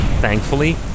Thankfully